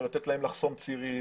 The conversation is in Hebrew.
או לתת להם לחסום צירים,